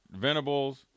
Venables